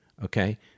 okay